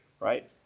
right